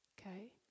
okay